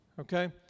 Okay